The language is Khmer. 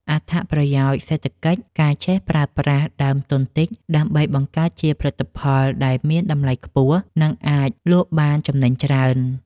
អត្ថប្រយោជន៍សេដ្ឋកិច្ច ការចេះប្រើប្រាស់ដើមទុនតិច ដើម្បីបង្កើតជាផលិតផលដែលមានតម្លៃខ្ពស់ និងអាចលក់បានចំណេញច្រើន។